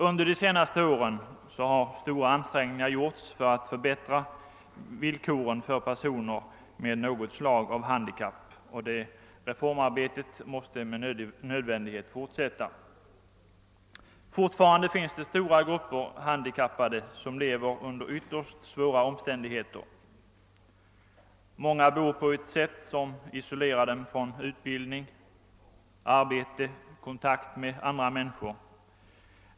Under de senaste åren har stora ansträngningar gjorts för att förbättra villkoren för personer med något slag av handikapp, och det reformarbetet måste med nödvändighet fortsätta. Fortfarande finns det stora grupper handikappade som lever under ytterst svåra omständigheter. Många bor på ett sätt som isolerar dem från utbildning, arbete och kontakt med andra människor.